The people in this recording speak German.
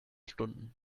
stunden